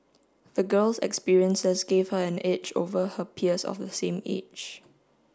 the girl's experiences gave her an edge over her peers of the same age